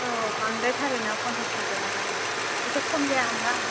औ बांद्रायथारो ना फन्सास थाखायाहाय एसे खम जाया होनबा